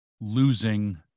Losing